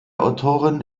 autoren